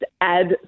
add